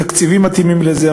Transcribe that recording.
תקציבים מתאימים לזה,